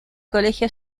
colegio